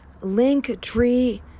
linktree